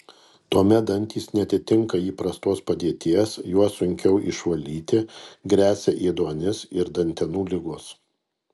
tuomet dantys neatitinka įprastos padėties juos sunkiau išvalyti gresia ėduonis ir dantenų ligos